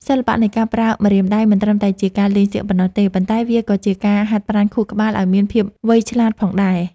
សិល្បៈនៃការប្រើម្រាមដៃមិនត្រឹមតែជាការលេងសៀកប៉ុណ្ណោះទេ ប៉ុន្តែ វាក៏ជាការហាត់ប្រាណខួរក្បាលឱ្យមានភាពវៃឆ្លាតផងដែរ។